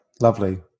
lovely